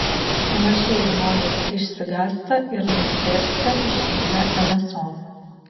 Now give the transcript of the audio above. panašiai žmonės išsigąsta ir nustėrsta išvydę nso